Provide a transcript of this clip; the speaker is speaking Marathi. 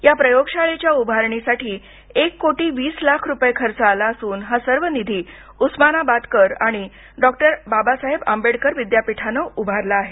या प्रयोगशाळेच्या उभारणीसाठी तब्बल एक कोटी वीस लाख रुपये खर्च आला असून हा सर्व निधी उस्मानाबादकर आणि डॉक्टर बाबासाहेब आंबेडकर विद्यापीठाने उभारला आहे